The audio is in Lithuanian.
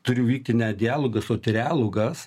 turi vykti ne dialogas o trialogas